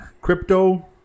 crypto